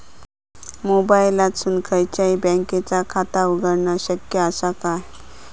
मोबाईलातसून खयच्याई बँकेचा खाता उघडणा शक्य असा काय?